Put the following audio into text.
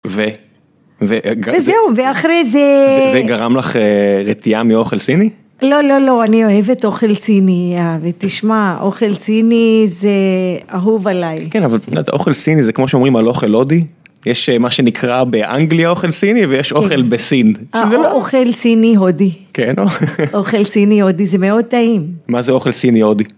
וזהו ואחרי זה זה גרם לך רתיעה מאוכל סיני לא לא לא אני אוהבת אוכל סיני ותשמע אוכל סיני זה אהוב עליי כן אבל אוכל סיני זה כמו שאומרים על אוכל הודי יש מה שנקרא באנגליה אוכל סיני ויש אוכל בסין אוכל סיני הודי כן אוכל סיני הודי זה מאוד טעים מה זה אוכל סיני הודי.